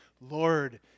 Lord